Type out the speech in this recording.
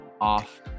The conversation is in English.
off